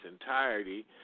entirety